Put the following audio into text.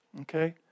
Okay